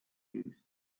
produced